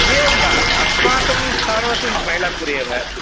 एवं वा अस्माकं स्थानमपि मैलापुर् एव